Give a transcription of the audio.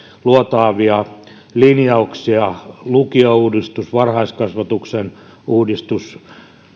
luotaavia linjauksia lukiouudistus varhaiskasvatuksen uudistus